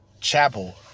Chapel